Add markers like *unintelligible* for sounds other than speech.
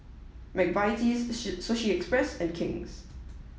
Mike Vitie's *unintelligible* Sushi Express and King's